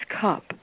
cup